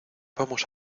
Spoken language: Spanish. vamos